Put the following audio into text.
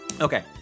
Okay